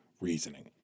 reasoning